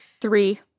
Three